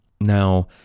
Now